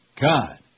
God